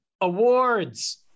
awards